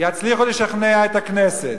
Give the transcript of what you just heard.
יצליחו לשכנע את הכנסת,